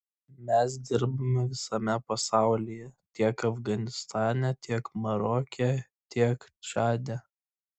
mes dirbame visame pasaulyje tiek afganistane tiek maroke tiek čade